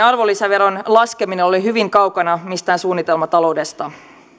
arvonlisäveron laskeminen oli hyvin kaukana mistään suunnitelmataloudesta